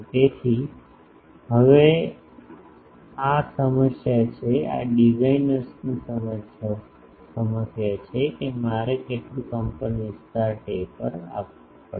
તેથી હવે આ સમસ્યા છે આ ડિઝાઇનર્સની સમસ્યા છે કે મારે કેટલું કંપનવિસ્તાર ટેપર આપવું પડશે